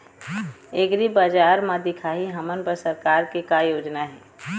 एग्रीबजार म दिखाही हमन बर सरकार के का योजना हे?